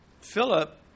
Philip